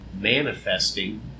manifesting